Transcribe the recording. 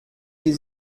die